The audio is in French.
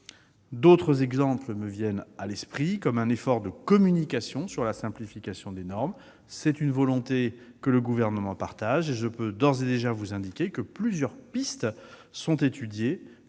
D'autres exemples me viennent à l'esprit, comme un effort de communication sur la simplification des normes. C'est une volonté que le Gouvernement partage, et je peux d'ores et déjà indiquer que plusieurs pistes sont étudiées,